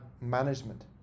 management